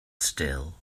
still